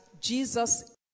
Jesus